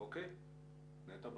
אני רפרנטית